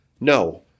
No